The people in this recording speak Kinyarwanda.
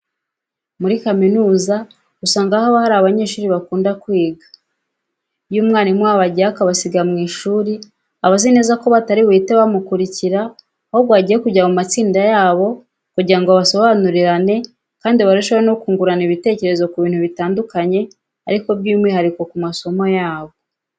Muri kaminuza usanga haba hari abanyeshuri bakunda kwiga. Iyo umwarimu wabo agiye akabasiga mu ishuri, aba azi neza ko batari buhite bamukurikira ahubwo bagiye kujya mu matsinda yabo kugira ngo basobanurirane kandi barusheho no kungurana ibitekerezo ku bintu bitandukanye ariko by'umwihariko ku masomo yabo.